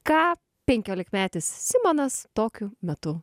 ką penkiolikmetis simonas tokiu metu